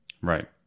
Right